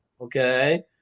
okay